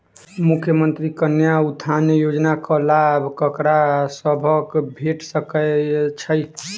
मुख्यमंत्री कन्या उत्थान योजना कऽ लाभ ककरा सभक भेट सकय छई?